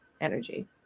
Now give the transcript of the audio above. energy